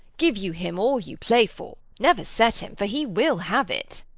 give you him all you play for never set him for he will have it.